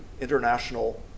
international